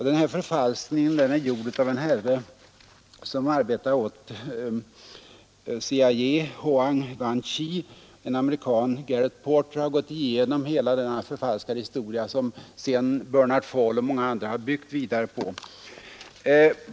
Den förfalskning herr Werner anförde är gjord av en herre som indirekt arbetade åt CIA, Hoang Van Chi. En amerikan, Gareth Porter, har gått igenom hela denna förfalskade historia, som Bernard Fall och många andra byggde vidare på.